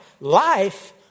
Life